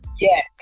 Yes